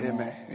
Amen